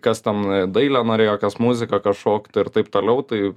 kas ten dailę norėjo kas muziką kas šokti ir taip toliau tai